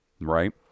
right